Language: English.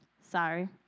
sorry